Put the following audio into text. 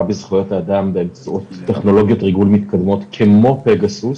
בזכויות אדם באמצעות טכנולוגיות ריגול מתקדמות כמו פגסוס,